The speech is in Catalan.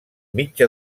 mitja